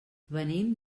venim